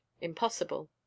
impossible